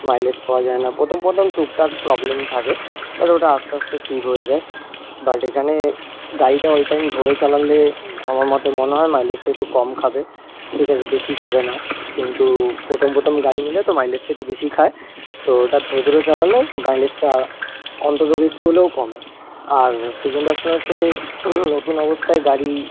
mileage পাওয়া যায় না প্রথম প্রথম টুকটাক প্রবলেম থাকে বাট ওটা আস্তে আস্তে ঠিক হয়ে যায় বাট এখানে গাড়িটা অল টাইম ধরে চালালে আমার মতে মনে হয় মাইলেজটা একটু কম খাবে ঠিক আছে বেশি খাবে না কিন্তু পোথম পোথম গাড়ি নিলে তো মাইলেজটা একটু বেশি খায় তো ওটা ধরে ধরে চালে মাইলেজটা অন্তরিক একটু হলেও কমে আর সেকেন্ড অপশান হচ্ছে নতুন অবস্থায় গাড়ি